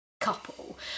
couple